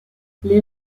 les